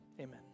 Amen